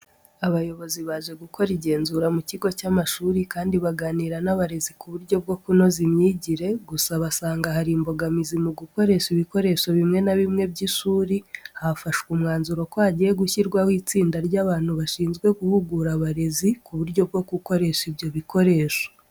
Abayobozi baje gukora igenzura mu kigo cy'amashuri kandi baganira n'abarezi ku buryo bwo kunoza imyigire. Gusa basanga hari imbogamizi mu gukoresha ibikoresho bimwe na bimwe by'ishuri. Hafashwe umwanzuro ko hagiye gushyirwaho itsinda ry'abantu bashinzwe guhugura abarezi ku buryo bwo gukoresha ibyo bikoresho.